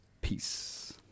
peace